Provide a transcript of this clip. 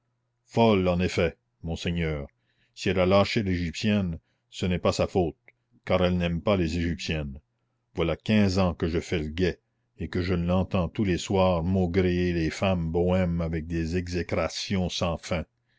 folle en effet monseigneur si elle a lâché l'égyptienne ce n'est pas sa faute car elle n'aime pas les égyptiennes voilà quinze ans que je fais le guet et que je l'entends tous les soirs maugréer les femmes bohèmes avec des exécrations sans fin